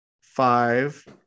five